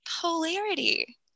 polarity